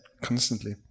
Constantly